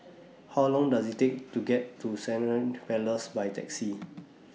How Long Does IT Take to get to Hindhede Place By Taxi